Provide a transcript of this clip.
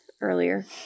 earlier